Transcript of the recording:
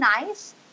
nice